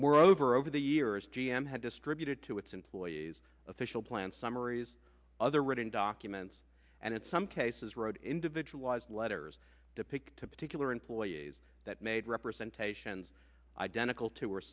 moreover over the years g m had distributed to its employees official plans summaries other written documents and it's some cases wrote individualized letters to pick to particular employees that made representations identical to